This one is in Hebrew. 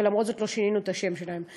ולמרות זאת לא שינינו את השם שלהם.